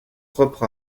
propre